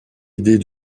idées